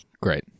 Great